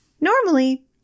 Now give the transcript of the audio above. Normally